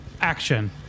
action